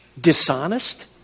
dishonest